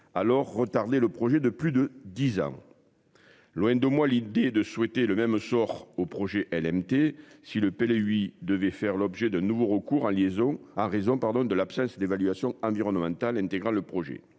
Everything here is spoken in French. alors retardé le projet de plus de 10 ans. Loin de moi l'idée de souhaiter le même sort au projet elle T si le lui devait faire l'objet d'un nouveau recours à liaison a raison pardon de l'absence d'évaluation environnementale intégral le projet.